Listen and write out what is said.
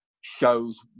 shows